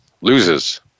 loses